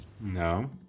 No